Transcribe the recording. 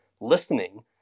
listening